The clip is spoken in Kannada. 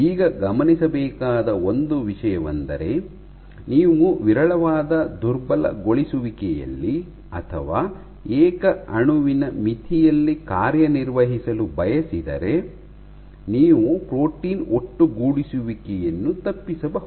ಈಗ ಗಮನಿಸಬೇಕಾದ ಒಂದು ವಿಷಯವೆಂದರೆ ನೀವು ವಿರಳವಾದ ದುರ್ಬಲಗೊಳಿಸುವಿಕೆಯಲ್ಲಿ ಅಥವಾ ಏಕ ಅಣುವಿನ ಮಿತಿಯಲ್ಲಿ ಕಾರ್ಯನಿರ್ವಹಿಸಲು ಬಯಸಿದರೆ ನೀವು ಪ್ರೋಟೀನ್ ಒಟ್ಟುಗೂಡಿಸುವಿಕೆಯನ್ನು ತಪ್ಪಿಸಬಹುದು